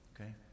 okay